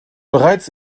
bereits